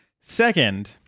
Second